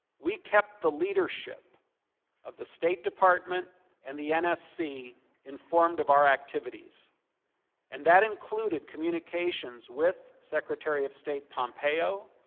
we kept the leadership of the state department and the nfc informed of our activities and that included communications with secretary of state pompeo,